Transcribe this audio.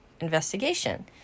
investigation